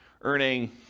earning